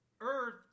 Earth